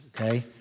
Okay